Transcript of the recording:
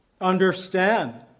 understand